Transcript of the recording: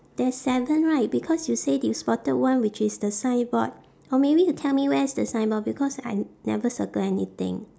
there's seven right because you say that you spotted one which is the signboard or maybe you tell me where's the signboard because I never circle anything